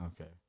Okay